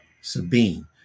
Sabine